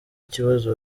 ikibazo